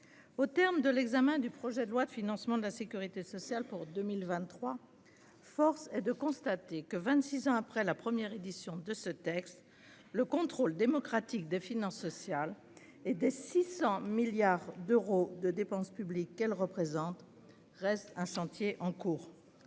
au terme de l'examen du projet de loi de financement de la sécurité sociale pour 2023, force est de constater que, vingt-six ans après la première édition de ce texte, le contrôle démocratique des finances sociales- et des 600 milliards d'euros de dépenses publiques qu'elles représentent -reste un chantier en cours.